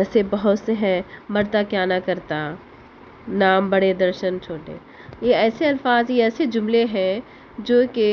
ایسے بہت سے ہیں مرتا کیا نہ کرتا نام بڑے درشن چھوٹے یہ ایسے الفاظ یہ ایسے جملے ہیں جو کہ